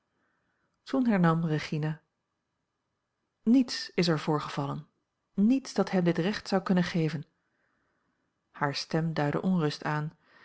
toen hernam regina niets is er voorgevallen niets dat hem dit recht zou kunnen geven hare stem duidde onrust aan